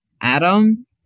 adam